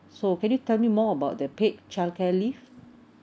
so can you tell me more about the paid childcare leave